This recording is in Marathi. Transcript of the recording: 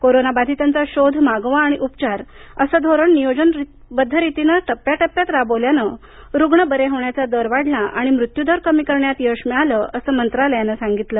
कोरोनाबाधीतांचा शोध मागोवा आणि उपचार असं धोरण नियोजनबद्ध रीतीने टप्प्याटप्प्यात राबवल्याने रुग्ण बरे होण्याचा दर वाढला आणि मृत्यूदर कमी करण्यात यश मिळालं असं मंत्रालयान सांगितलं